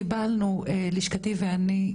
קיבלנו לשכתי ואני,